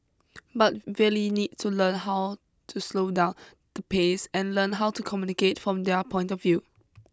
but really need to learn how to slow down the pace and learn how to communicate from their point of view